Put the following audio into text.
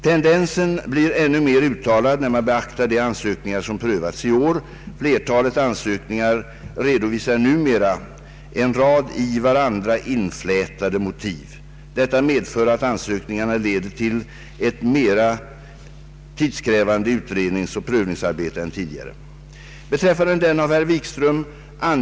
Tendensen blir ännu mer uttalad när man beaktar de ansökningar som prövats i år. Flertalet ansökningar redovisar numera en rad i varandra inflätade motiv. Detta medför att ansökningarna leder till ett mer tidskrävande utredningsoch prövningsarbete än tidigare.